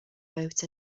boat